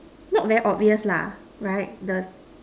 not very obvious lah right the